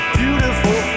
beautiful